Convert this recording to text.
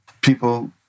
people